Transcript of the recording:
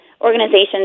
organizations